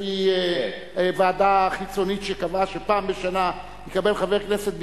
לפי ועדה חיצונית שקבעה שפעם בשנה יקבל חבר כנסת ביגוד,